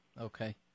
Okay